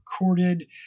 recorded